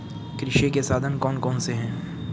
कृषि के साधन कौन कौन से हैं?